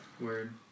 word